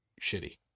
shitty